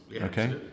okay